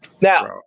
Now